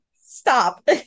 Stop